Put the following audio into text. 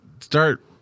start